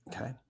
Okay